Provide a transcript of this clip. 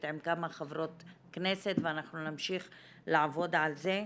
עם כמה חברות כנסת ואנחנו נמשיך לעבוד על זה.